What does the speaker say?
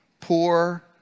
poor